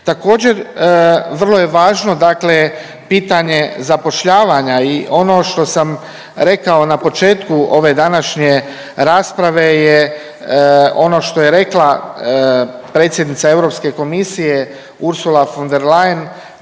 Također vrlo je važno dakle pitanje zapošljavanja i ono što sam rekao na početku ove današnje rasprave je ono što je rekla predsjednica EU komisije Ursula von der Leyen,